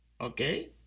Okay